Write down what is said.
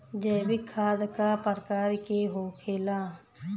जैविक खाद का प्रकार के होखे ला?